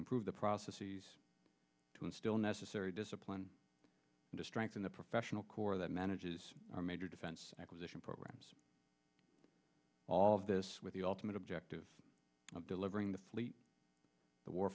improve the processes to instill necessary discipline to strengthen the professional core that manages our major defense acquisition programs all of this with the ultimate objective of delivering the fleet the war